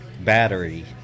battery